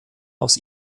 aus